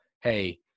Hey